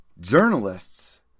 journalists